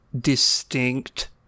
distinct